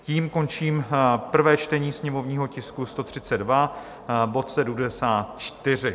Tím končím prvé čtení sněmovního tisku 132, bod 74.